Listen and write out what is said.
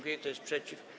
Kto jest przeciw?